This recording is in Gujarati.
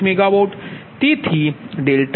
6007 4020